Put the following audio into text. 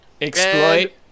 Exploit